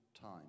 time